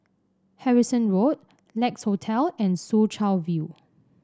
Harrison Road Lex Hotel and Soo Chow View